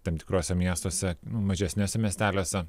tam tikruose miestuose mažesniuose miesteliuose